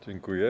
Dziękuję.